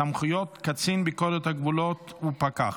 (סמכויות קצין ביקורת הגבולות ופקח),